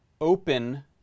open